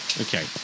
Okay